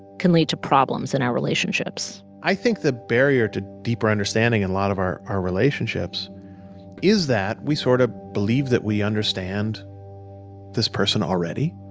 can lead to problems in our relationships i think the barrier to deeper understanding in a lot of our our relationships is that we sort of believe that we understand this person already,